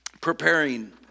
preparing